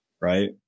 right